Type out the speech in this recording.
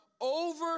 over